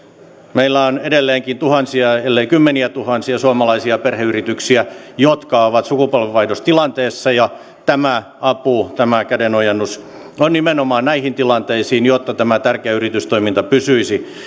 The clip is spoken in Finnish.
meillä on edelleenkin tuhansia ellei kymmeniätuhansia suomalaisia perheyrityksiä jotka ovat sukupolvenvaihdostilanteessa ja tämä apu tämä kädenojennus on nimenomaan näihin tilanteisiin jotta tämä tärkeä yritystoiminta pysyisi